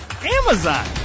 Amazon